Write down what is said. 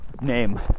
name